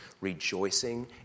rejoicing